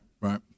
right